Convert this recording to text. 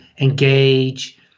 engage